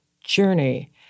journey